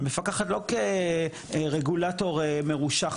ומפקחת לא כרגולטור מרושע,